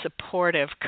supportive